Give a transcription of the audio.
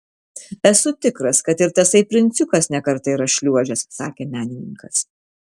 esu tikras kad ir tasai princiukas ne kartą yra šliuožęs sakė menininkas